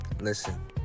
listen